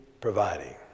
providing